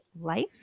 Life